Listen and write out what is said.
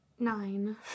Nine